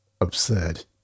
absurd